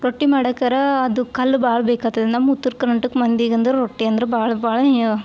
ರೊಟ್ಟಿ ಮಾಡಕ್ಕರ ಅದು ಕಲ್ಲು ಭಾಳ ಬೇಕಾಗ್ತದ್ ನಮ್ಮ ಉತ್ತರ ಕರ್ನಾಟಕ ಮಂದಿಗಂದ್ರೆ ರೊಟ್ಟಿಯಂದ್ರೆ ಭಾಳ ಭಾಳ ಯ